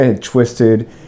twisted